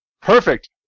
Perfect